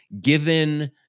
given